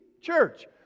Church